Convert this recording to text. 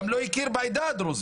גם לא הכיר בעדה הדרוזית,